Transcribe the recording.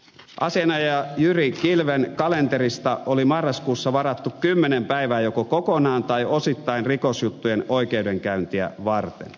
asianajaja jyri kilven kalenterista oli marraskuussa varattu kymmenen päivää joko kokonaan tai osittain rikosjuttujen oikeudenkäyntejä varten